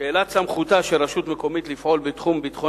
שאלת סמכותה של רשות מקומית לפעול בתחום ביטחון